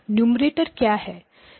numerator क्या है